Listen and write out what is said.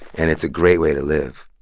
and it's a great way to live,